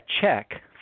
check